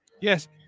Yes